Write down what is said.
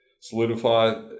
solidify